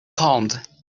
calmed